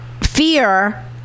fear